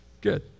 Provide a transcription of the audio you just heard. good